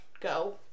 go